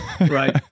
Right